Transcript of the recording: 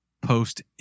post